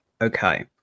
Okay